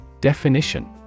Definition